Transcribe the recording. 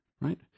Right